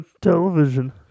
television